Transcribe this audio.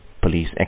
police